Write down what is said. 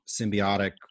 symbiotic